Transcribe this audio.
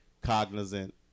cognizant